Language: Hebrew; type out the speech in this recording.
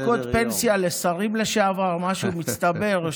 אין דקות פנסיה לשרים לשעבר, משהו מצטבר?